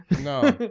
no